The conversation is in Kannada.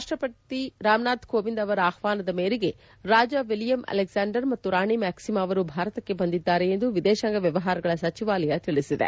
ರಾಷ್ಷಪತಿ ರಾಮನಾಥ್ ಕೋವಿಂದ್ ಅವರ ಆಹ್ವಾನದ ಮೇರೆಗೆ ರಾಜ ವಿಲಿಯಮ್ ಅಲೆಕ್ಲಾಂಡರ್ ಮತ್ತು ರಾಣಿ ಮ್ಯಾಕ್ಷಿಮಾ ಅವರು ಭಾರತಕ್ಕೆ ಬಂದಿದ್ದಾರೆ ಎಂದು ವಿದೇಶಾಂಗ ವ್ಯವಹಾರಗಳ ಸಚಿವಾಲಯ ತಿಳಿಸಿದೆ